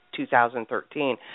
2013